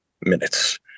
minutes